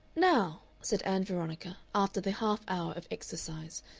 now, said ann veronica, after the half-hour of exercise,